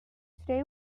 today